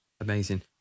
amazing